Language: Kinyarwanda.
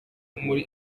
muri